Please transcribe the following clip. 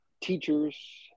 teachers